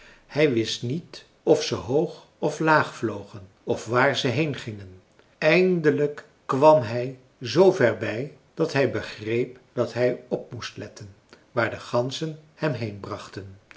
hij wist niet of ze hoog of laag vlogen of waar ze heen gingen eindelijk kwam hij zoover bij dat hij begreep dat hij op moest letten waar de ganzen hem heen brachten